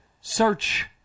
Search